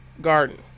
Garden